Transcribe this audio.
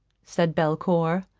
said belcour.